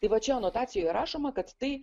tai vat čia anotacijoj rašoma kad tai